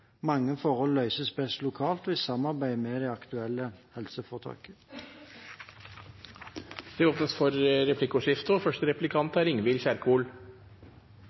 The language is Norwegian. Mange forhold løses best lokalt og i samarbeid med det aktuelle helseforetaket. Det blir replikkordskifte. Vi går inn i en periode med ferieavvikling, og det man da vet, er